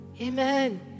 Amen